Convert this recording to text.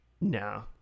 No